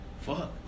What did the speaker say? fuck